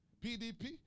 PDP